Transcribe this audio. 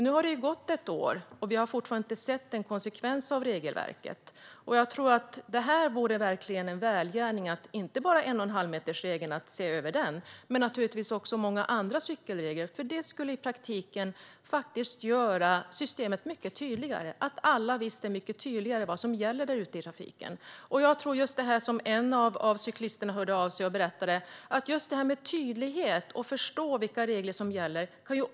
Nu har det gått ett år, och vi har fortfarande inte sett någon konsekvens av regelverket. Jag tror att det verkligen vore en välgärning att inte bara se över 1,5metersregeln utan också många andra cykelregler. Det skulle i praktiken göra systemet mycket tydligare, och alla skulle veta vad som gäller där ute i trafiken. En cyklist hörde av sig till mig och berättade att just detta med tydlighet och att förstå vilka regler som gäller är viktigt.